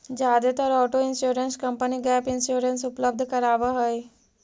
जादेतर auto insurance company gap insurance उपलब्ध करावऽ हई